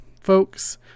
folks